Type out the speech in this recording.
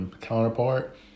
counterpart